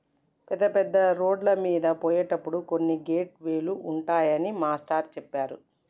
పెద్ద పెద్ద రోడ్లమీద పోయేటప్పుడు కొన్ని గేట్ వే లు ఉంటాయని మాస్టారు చెప్పారు